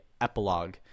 epilogue